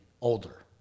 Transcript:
older